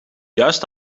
juist